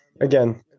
again